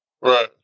Right